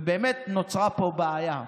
ובאמת נוצרה פה בעיה.